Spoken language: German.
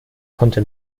konnte